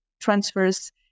transfers